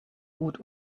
gut